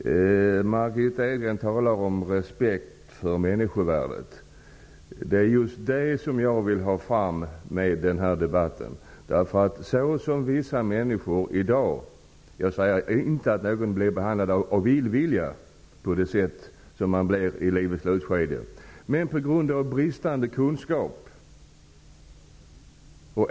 Margitta Edgren talar om respekt för människovärdet. Det är just det som jag vill ha fram med denna debatt, med tanke på hur vissa människor i dag blir behandlade i livets slutskede, inte av illvilja, vill jag tillägga, men på grund av bristande kunskap.